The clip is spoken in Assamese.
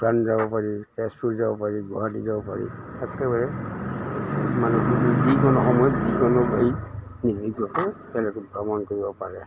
ভূটান যাব পাৰি তেজপুৰ যাব পাৰি গুৱাহাটী যাব পাৰি একেবাৰে মানে যিকোনো সময়ত যিকোনো হেৰিত নিৰ্ভীকভাৱে তেওঁলোকে ভ্ৰমণ কৰিব পাৰে